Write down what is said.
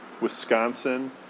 Wisconsin